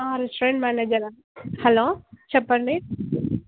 hello ఆ restaurant manager hello చెప్పండి